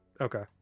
Okay